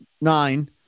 Nine